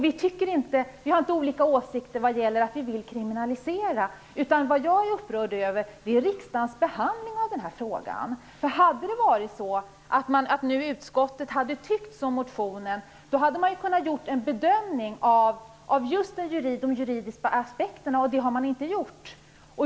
Vi har inte olika åsikter när det gäller att vilja kriminalisera. Jag är upprörd över riksdagens behandling av frågan. Om utskottet hade tyckt detsamma som i motionen hade man kunnat göra en bedömning av de juridiska aspekterna, men det har man inte gjort.